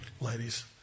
ladies